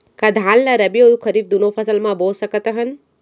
का धान ला रबि अऊ खरीफ दूनो मौसम मा बो सकत हन?